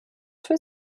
für